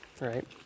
right